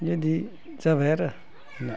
बेबायदि जाबाय आरो जोंनिया